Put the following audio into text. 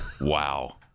Wow